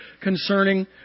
concerning